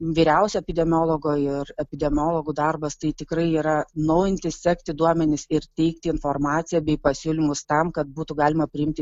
vyriausio epidemiologo ir epidemiologų darbas tai tikrai yra naujinti sekti duomenis ir teikti informaciją bei pasiūlymus tam kad būtų galima priimti